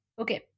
Okay